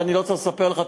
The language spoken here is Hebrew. אני לא צריך לספר לך,